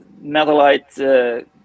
metalite